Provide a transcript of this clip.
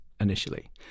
initially